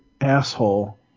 asshole